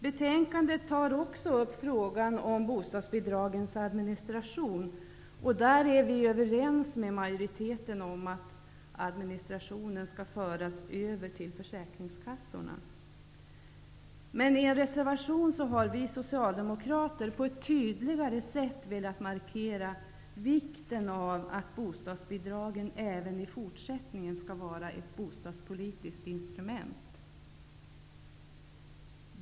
Betänkandet tar också upp frågan om bostadsbidragens administration, och där är vi överens med utskottsmajoriteten om att administrationen skall föras över till försäkringskassorna, men i en reservation har vi socialdemokrater på ett tydligare sätt velat markera vikten av att bostadsbidragen även i fortsättningen skall vara ett bostadspolitiskt instrument.